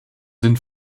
sinn